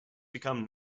become